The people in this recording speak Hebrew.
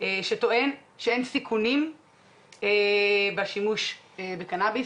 שטוען שאין סיכונים בשימוש בקנאביס.